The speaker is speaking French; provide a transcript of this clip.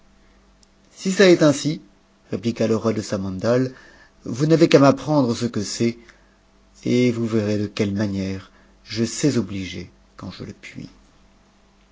si cela est ainsi répliqua le roi de samandal vous n'avez qu'à m'apprendre ce lie c'est et vous verrez de quelle manière je sais obliger quand je le puis